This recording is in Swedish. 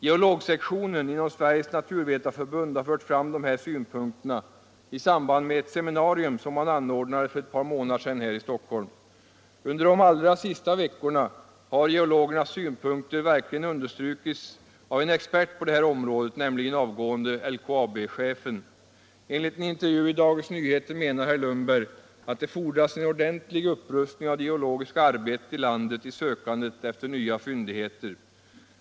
Geologsektionen inom Sveriges naturvetarförbund har fört fram de här synpunkterna i samband med ett seminarium som man anordnade för ett par månader sedan i Stockholm. Under de allra senaste veckorna har geologernas synpunkter kraftigt understrukits av en expert på det här området, nämligen avgående LKAB-chefen. Enligt en intervju i Da gens Nyheter menar herr Lundberg att det fordras en ordentlig upp heter.